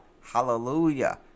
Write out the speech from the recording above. hallelujah